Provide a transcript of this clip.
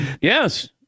Yes